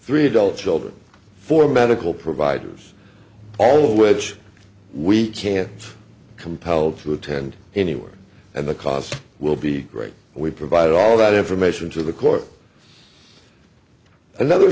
three adult children four medical providers all of which we can't compel to attend anywhere and the cost will be great we provide all that information to the court another